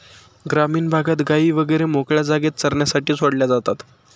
ग्रामीण भागात गायी वगैरे मोकळ्या जागेत चरण्यासाठी सोडल्या जातात